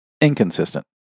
Inconsistent